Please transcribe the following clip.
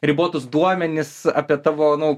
ribotus duomenis apie tavo nu